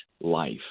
life